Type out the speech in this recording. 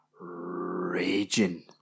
raging